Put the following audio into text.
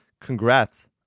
congrats